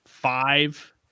five